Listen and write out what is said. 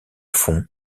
fond